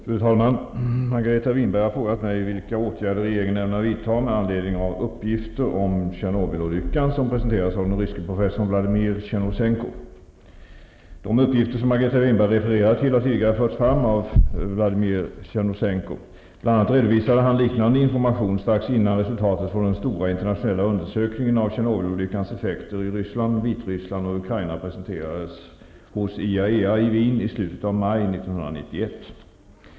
Fru talman! Margareta Winberg har frågat mig vilka åtgärder regeringen ämnar vidta med anledning av uppgifter om Tjernobylolyckan som presenterats av den ryska professorn Vladimir De uppgifter som Margareta Winberg refererar till har tidigare förts fram av Vladimir Tjernousenko. Bl.a. redovisade han liknande information strax innan resultatet från den stora internationella undersökningen av Tjernobylolyckans effekter i Ryssland, Vitryssland och Ukraina presenterades hos IAEA i Wien i slutet av maj 1991.